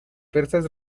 persas